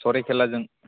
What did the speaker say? सरायखेलाजों